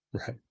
Right